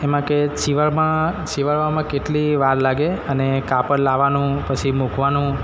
એમાં કે સીવડાવવામાં કેટલી વાર લાગે અને કાપડ લાવવાનું પછી મૂકવાનું